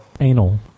Anal